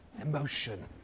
emotion